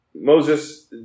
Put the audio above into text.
Moses